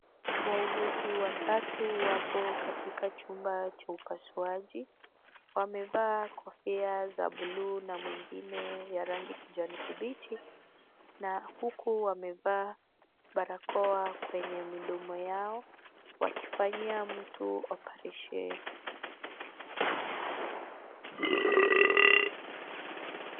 Wauguzi watatu wako katika chumba cha upasuaji. Wamevaa kofia za bluu na mwingine ya rangi kijani kibichi na huku wamevaa barakoa kwenye midomo yao wakifanyia mtu operesheni.